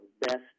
best